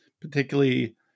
particularly